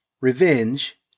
Revenge